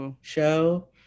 show